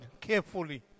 carefully